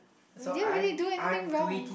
we didn't really do anything wrong